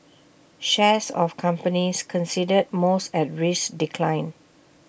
shares of companies considered most at risk declined